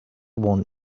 one